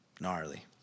Gnarly